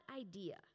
idea